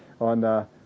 on